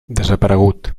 desaparegut